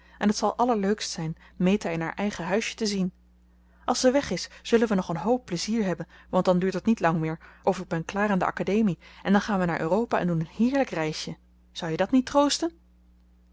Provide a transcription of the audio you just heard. en het zal allerleukst zijn meta in haar eigen huisje te zien als ze weg is zullen we nog een hoop plezier hebben want dan duurt het niet lang meer of ik ben klaar aan de academie en dan gaan we naar europa en doen een heerlijk reisje zou je dat niet troosten